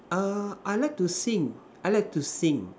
err I like to sing I like to sing